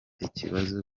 ibibazo